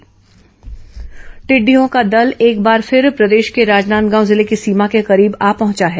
टिड्डी दल हमला टिडिंडयो का दल एक बार फिर प्रदेश के राजनांदगांव जिले की सीमा के करीब आ पहुंचा है